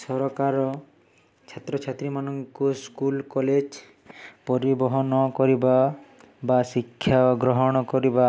ସରକାର ଛାତ୍ରଛାତ୍ରୀମାନଙ୍କୁ school college ପରିବହନ କରିବା ବା ଶିକ୍ଷା ଗ୍ରହଣ କରିବା